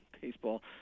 baseball